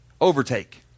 Overtake